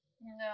No